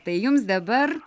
tai jums dabar